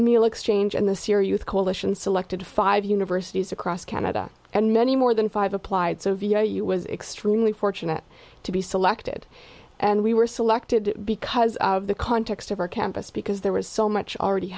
meal exchange and this year youth coalition selected five universities across canada and many more than five applied so via you was extremely fortunate to be selected and we were selected because of the context of our campus because there was so much already